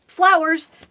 flowers